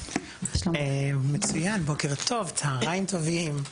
בוקר טוב, צהריים טובים.